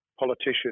politician